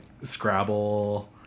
Scrabble